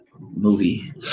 movie